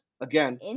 again